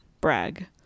Brag